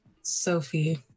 Sophie